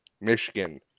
Michigan